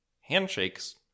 Handshakes